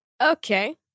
Okay